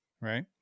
right